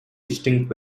distinct